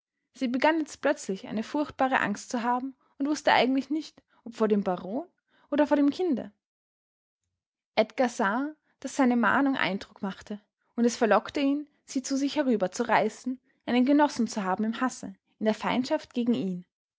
sie begann jetzt plötzlich eine furchtbare angst zu haben und wußte eigentlich nicht ob vor dem baron oder vor dem kinde edgar sah daß seine mahnung eindruck machte und es verlockte ihn sie zu sich herüberzureißen einen genossen zu haben im hasse in der feindschaft gegen ihn